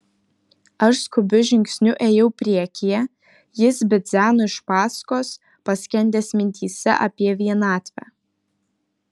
aš skubiu žingsniu ėjau priekyje jis bidzeno iš paskos paskendęs mintyse apie vienatvę